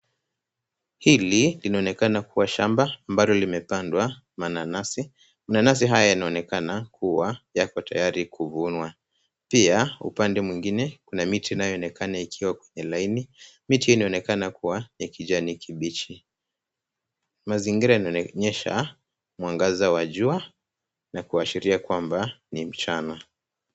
Hili linaonekana kuwa shamba ambalo limepandwa mananasi. Mananasi haya yanaonekana kuwa yako tayari kuvunwa. Pia, upande mwingine kuna miti inayoonekana kwenye laini. Miti hiyo inaonekana kuwa ya kijani kibichi. Mazingira yanaonyesha mwangaza wa jua na kuashiria kwamba ni mchana.